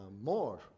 More